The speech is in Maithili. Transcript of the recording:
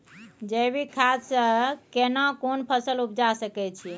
जैविक खाद से केना कोन फसल उपजा सकै छि?